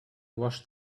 washed